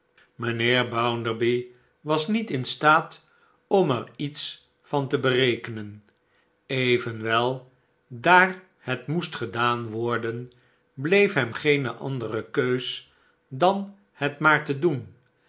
mijnheer bounderby was niet in staat om er iets van te berekenen evenwel daar het moest gedaan worden bleef hem geene andere keus dan het maar te doen